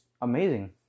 amazing